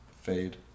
fade